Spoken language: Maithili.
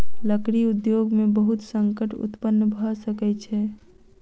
लकड़ी उद्योग में बहुत संकट उत्पन्न भअ सकै छै